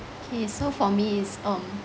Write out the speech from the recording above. K so for me is um